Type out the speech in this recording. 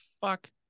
fuck